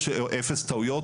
או אפס טעויות,